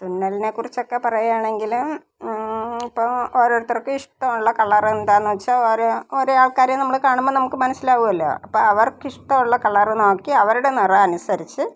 തുന്നലിനെ കുറിച്ചൊക്കെ പറയുകയാണങ്കിൽ ഇപ്പോൾ ഓരോരുത്തര്ക്കും ഇഷ്ടമുള്ള കളര് എന്താന്ന് വെച്ചാല് ഒരേ ഒരെയാള്ക്കാരെ നമ്മൾ കാണുമ്പോള് നമുക്ക് മനസിലാകുമല്ലോ അപ്പോൾ അവര്ക്കിഷ്ടമുള്ള കളര് നോക്കി അവരുടെ നിറം അനുസരിച്ച്